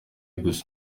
gusa